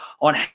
on